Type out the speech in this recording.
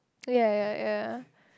ya ya ya